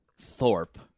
Thorpe